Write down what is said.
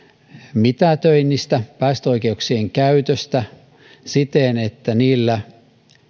mitätöinnistä päästöoikeuksien käytöstä siten että niillä